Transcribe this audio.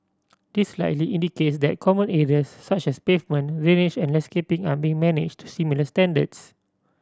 this likely indicates that common areas such as pavement drainage and landscaping are being managed to similar standards